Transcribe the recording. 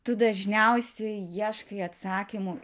tu dažniausiai ieškai atsakymų